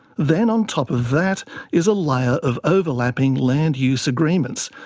then on top of that is a layer of overlapping land use agreements,